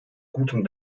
gutem